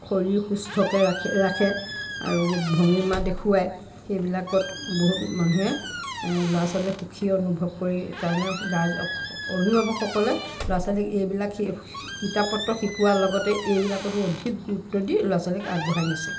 শৰীৰ সুস্থকৈ ৰাখে আৰু ভংগিমা দেখুৱাই সেইবিলাকত বহুত মানুহে ল'ৰা ছোৱালীয়ে সুখী অনুভৱ কৰাৰ কাৰণে অভিভাৱকসকলে ল'ৰা ছোৱালীক এইবিলাক কিতাপ পত্ৰ শিকোৱাৰ লগতে এইবিলাকতো অধিক গুৰুত্ব দি ল'ৰা ছোৱালীক আগবঢ়াই নিছে